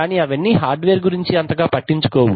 కానీ అవన్నీ hardware గురించి అంతగా పట్టించుకోవు